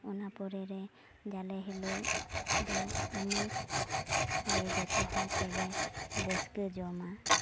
ᱚᱱᱟ ᱯᱚᱨᱮᱨᱮ ᱡᱟᱞᱮ ᱦᱤᱞᱳᱜ ᱫᱚ ᱚᱱᱮᱠ ᱞᱮ ᱡᱚᱛᱚ ᱦᱚᱲ ᱛᱮᱞᱮ ᱨᱟᱹᱥᱠᱟᱹ ᱡᱚᱢᱟ